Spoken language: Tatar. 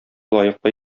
лаеклы